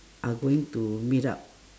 are going to meet up